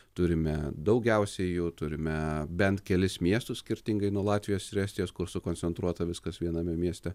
turime daugiausiai jų turime bent kelis miestus skirtingai nuo latvijos ir estijos kur sukoncentruota viskas viename mieste